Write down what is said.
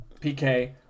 PK